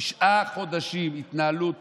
תשעה חודשים התנהלות